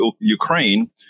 Ukraine